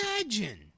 Imagine